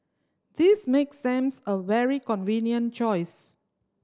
this makes them a very convenient choice